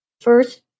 First